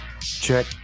check